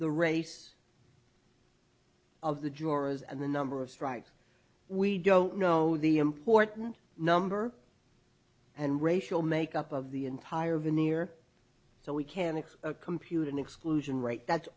the race of the jurors and the number of strikes we don't know the important number and racial make up of the entire veneer so we can expect compute an exclusion rate that's